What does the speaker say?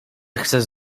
chcesz